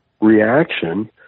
reaction